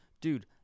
dude